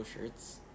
shirts